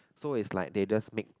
so is like they just make